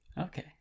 Okay